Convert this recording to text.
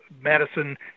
Madison